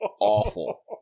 awful